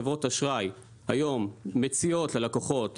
חברות אשראי היום מציעות ללקוחות,